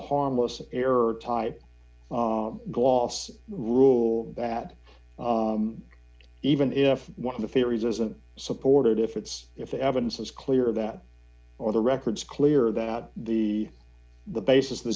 a harmless error type gloss rule that even if one of the theories isn't supported if it's if the evidence is clear that or the records clear that the the basis of th